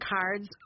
cards